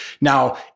Now